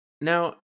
Now